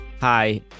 hi